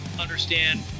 understand